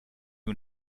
you